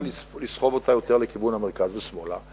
מנסה לסחוב אותה יותר לכיוון המרכז ושמאלה.